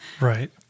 Right